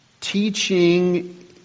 teaching